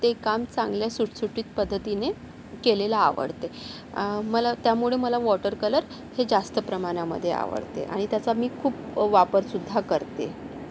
ते काम चांगल्या सुटसुटीत पद्धतीने केलेलं आवडते मला त्यामुळे मला वॉटर कलर हे जास्त प्रमाणामध्ये आवडते आणि त्याचा मी खूप वापरसुद्धा करते